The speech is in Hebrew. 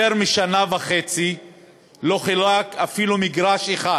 יותר משנה וחצי לא חולק אפילו מגרש אחד